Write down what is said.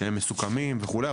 שהם מסוכמים וכולה.